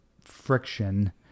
friction